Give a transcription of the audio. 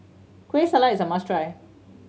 Kueh Salat is a must try